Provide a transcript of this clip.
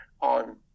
on